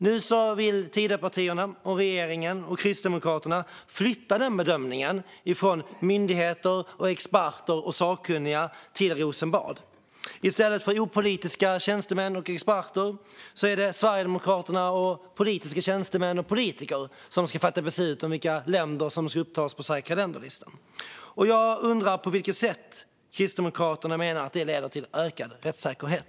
Nu vill Tidöpartierna, regeringen och Kristdemokraterna flytta den bedömningen från myndigheter, experter och sakkunniga till Rosenbad. I stället för opolitiska tjänstemän och experter är det Sverigedemokraterna, politiska tjänstemän och politiker som ska fatta beslut om vilka länder som ska upptas på säkra länder-listan. Jag undrar på vilket sätt Kristdemokraterna menar att det leder till ökad rättssäkerhet.